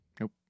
Nope